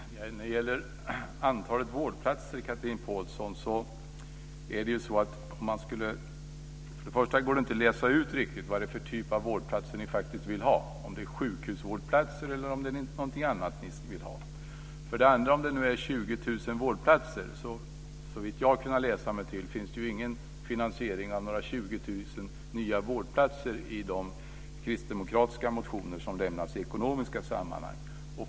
Fru talman! När det gäller antalet vårdplatser, Chatrine Pålsson, går det för det första inte att läsa ut vad det är för typ av vårdplatser ni faktiskt vill ha - om det är sjukhusvårdplatser eller om det är någonting annat. För det andra: Om det nu handlar om 20 000 vårdplatser finns det ju inte, såvitt jag kunnat läsa mig till, någon finansiering av 20 000 nya vårdplatser i de kristdemokratiska motioner som lämnats i ekonomiska sammanhang.